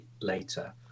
later